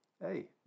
Hey